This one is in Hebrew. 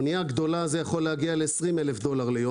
באנייה גדולה זה יכול להגיע ל-20,000 דולר ליום,